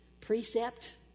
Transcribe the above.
precept